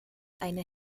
eine